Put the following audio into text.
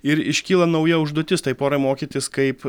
ir iškyla nauja užduotis tai porai mokytis kaip